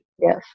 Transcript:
Yes